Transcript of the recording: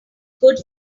good